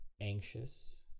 anxious